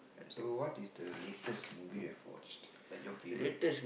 so what is the latest movie you've watched like your favourite